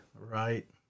Right